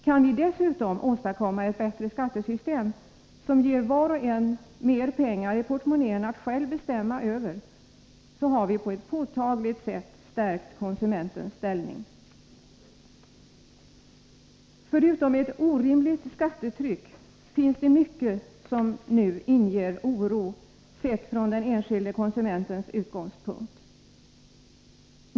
Kan vi dessutom åstadkomma ett bättre skattesystem, som ger var och en mer pengar i portmonnän att själv bestämma över, har vi på ett påtagligt sätt stärkt konsumentens ställning. Förutom ett orimligt skattetryck finns det mycket som nu inger oro sett från den enskilde konsumentens utgångspunkt.